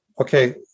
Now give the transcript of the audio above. Okay